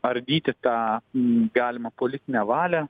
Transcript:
ardyti tą galimą politinę valią